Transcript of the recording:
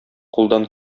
кулдан